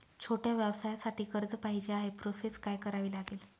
छोट्या व्यवसायासाठी कर्ज पाहिजे आहे प्रोसेस काय करावी लागेल?